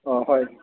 অ' হয়